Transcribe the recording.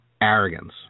arrogance